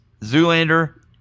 Zoolander